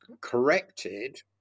corrected